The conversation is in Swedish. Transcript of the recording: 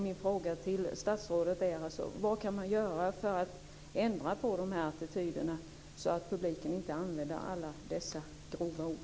Min fråga till statsrådet är: Vad kan man göra för att ändra på de här attityderna så att publiken inte använder alla dessa grova ord?